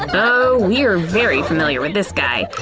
oh, we're very familiar with this guy!